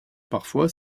parfois